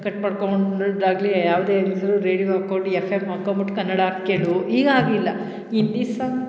cut ಮಾಡ್ಕೊಂಡು ಯಾವುದೇ ಇದ್ದರೂ ರೇಡಿಯೊ ಹಾಕೊಂಡ್ ಎಫ್ ಮ್ ಹಾಕೊಂಬಿಟ್ಟು ಕನ್ನಡ ಕೇಳು ಈಗ ಹಾಗಿಲ್ಲ ಹಿಂದಿ ಸಾಂಗ್